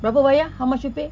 berapa bayar how much you pay